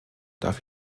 darf